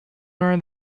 learn